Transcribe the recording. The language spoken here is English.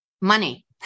Money